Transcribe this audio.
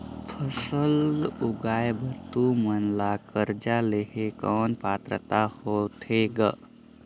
फसल उगाय बर तू मन ला कर्जा लेहे कौन पात्रता होथे ग?